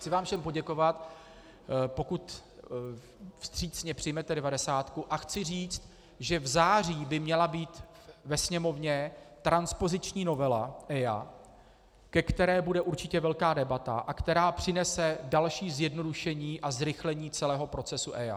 Chci vám všem poděkovat, pokud vstřícně přijmete devadesátku, a chci říct, že v září by měla být ve Sněmovně transpoziční novela EIA, ke které bude určitě velká debata a která přinese další zjednodušení a zrychlení celého procesu EIA.